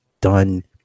done